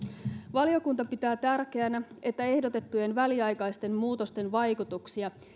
valiokunta pitää tärkeänä että ehdotettujen väliaikaisten muutosten vaikutuksia